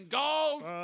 gold